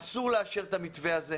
אסור לאשר את המתווה הזה.